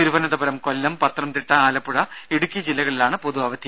തിരുവനന്തപുരം കൊല്ലം പത്തനംതിട്ട ആലപ്പുഴ ഇടുക്കി ജില്ലകളിലാണ് പൊതു അവധി